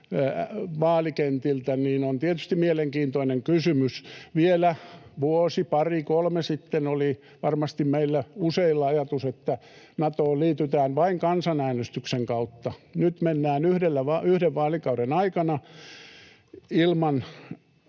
vaalikentiltä, on tietysti mielenkiintoinen kysymys. Vielä vuosi, pari, kolme sitten oli varmasti meillä useilla ajatus, että Natoon liitytään vain kansanäänestyksen kautta. Nyt mennään yhden vaalikauden aikana ilman